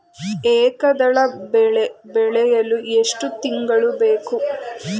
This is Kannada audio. ಏಕದಳ ಬೆಳೆ ಬೆಳೆಯಲು ಎಷ್ಟು ತಿಂಗಳು ಬೇಕು?